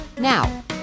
now